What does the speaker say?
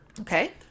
Okay